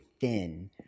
thin